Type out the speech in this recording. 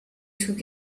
took